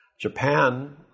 Japan